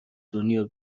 دنیا